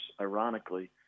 ironically